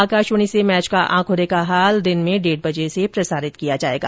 आकाशवाणी से मैच का आंखों देखा हाल दिन में डेढ बजे से प्रसारित किया जाएगा